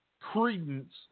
credence